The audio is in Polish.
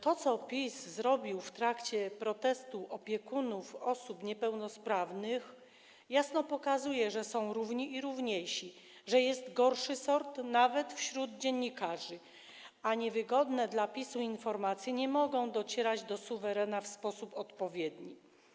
To, co PiS zrobił w trakcie protestu opiekunów osób niepełnosprawnych, jasno pokazuje, że są równi i równiejsi, że jest gorszy sort nawet wśród dziennikarzy, a niewygodne dla PiS-u informacje nie mogą docierać do suwerena w sposób odpowiedni.